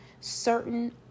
certain